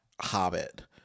Hobbit